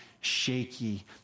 shaky